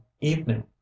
evening